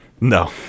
No